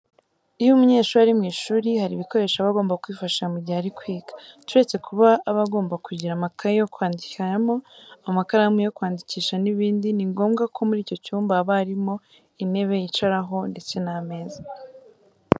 Iyo umunyeshuri ari mu ishuri hari ibikoresho aba agomba kwifashisha mu gihe ari kwiga. Turetse kuba aba agomba kugira amakayi yo kwandikiramo, amakaramu yo kwandikisha n'ibindi, ni ngombwa ko muri icyo cyumba haba harimo intebe yicaraho ndetse n'ameza.